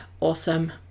awesome